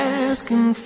asking